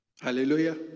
Hallelujah